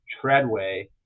Treadway